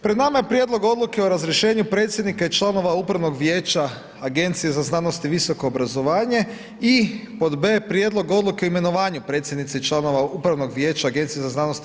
Pred nama je Prijedlog Odluke o razrješenju predsjednika i članova upravnog vijeća Agencije za znanost i visoko obrazovanje i pod b)Prijedlog Odluke o imenovanju predsjednice i članova upravnog vijeća AZVO.